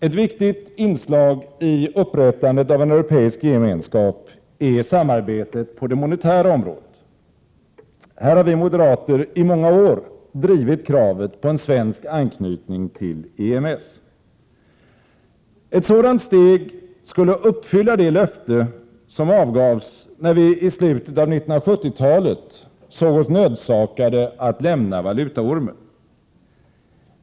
Ett viktigt inslag i upprättandet av en europeisk gemenskap är samarbetet på det monetära området. Här har vi moderater i många år drivit kravet på en svensk anknytning till EMS. Ett sådant steg skulle uppfylla det löfte som avgavs när vi i slutet av 1970-talet såg oss nödsakade att lämna valutaormen.